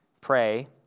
Pray